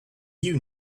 you